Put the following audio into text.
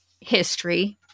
history